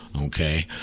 okay